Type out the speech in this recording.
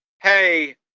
hey